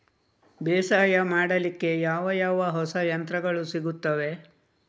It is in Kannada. ಬೇಸಾಯ ಮಾಡಲಿಕ್ಕೆ ಯಾವ ಯಾವ ಹೊಸ ಯಂತ್ರಗಳು ಸಿಗುತ್ತವೆ?